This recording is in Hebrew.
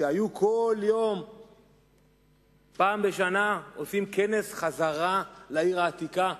שפעם בשנה היו עושים כנס חזרה לעיר העתיקה,